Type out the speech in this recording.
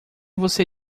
você